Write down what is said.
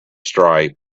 stripes